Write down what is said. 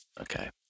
Okay